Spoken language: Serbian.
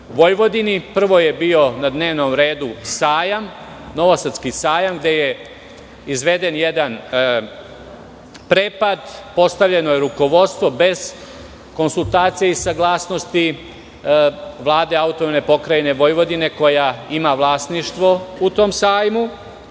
Vojvodini. Prvo je bio na dnevnom redu sajam, Novosadski sajam, gde je izveden jedan prepad, postavljeno je rukovodstvo bez konsultacije i saglasnosti Vlade AP Vojvodine koja ima vlasništvo u tom sajmu.